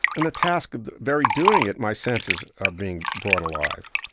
and the task of very doing it, my senses are being brought alive